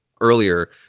earlier